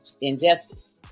injustice